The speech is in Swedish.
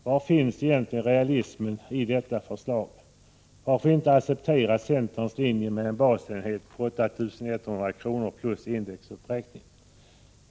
Var finns egentligen realismen i detta förslag? Varför inte acceptera centerns linje med en basenhet på 8 100 kr. plus indexuppräkning?